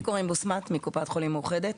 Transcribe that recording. אני מקופת חולים מאוחדת.